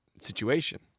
situation